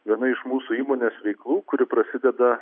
viena iš mūsų įmonės veiklų kuri prasideda